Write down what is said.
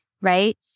right